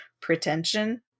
pretension